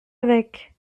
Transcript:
avec